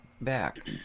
back